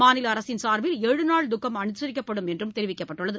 மாநில அரசின் சார்பில் ஏழு நாள் துக்கம் அனுசிக்கப்படும் என்றும் தெரிவிக்கப்பட்டுள்ளது